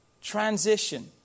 transition